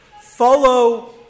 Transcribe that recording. follow